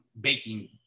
baking